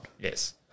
Yes